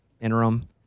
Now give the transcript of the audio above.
interim